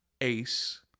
Ace